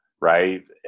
right